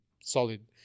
solid